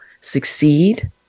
succeed